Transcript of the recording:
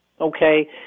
Okay